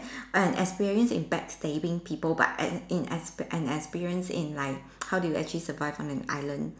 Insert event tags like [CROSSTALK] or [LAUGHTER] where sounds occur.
an experience in backstabbing people but an in expe~ and experience in like [NOISE] how do you actually survive in an island